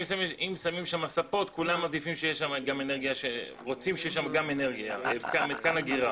שם ספות, כולם רוצים שיהיה שם גם מתקן אגירה.